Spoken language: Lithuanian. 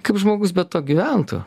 kaip žmogus be to gyventų